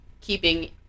keeping